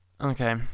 Okay